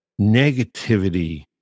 negativity